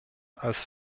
als